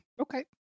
Okay